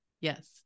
Yes